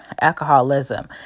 alcoholism